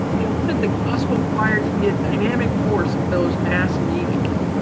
they wanted the gospel choir to be a dynamic force at those mass meetings.